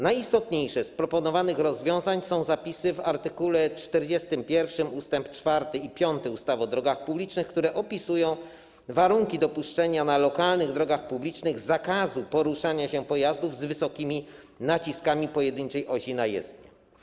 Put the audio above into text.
Najistotniejsze z proponowanych rozwiązań są zapisy w art. 41 ust. 4 i 5 ustawy o drogach publicznych, które opisują warunki dopuszczenia na lokalnych drogach publicznych zakazu poruszania się pojazdów z wysokimi naciskami pojedynczej osi na jezdnię.